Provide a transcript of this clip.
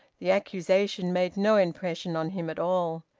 the accusation made no impression on him at all.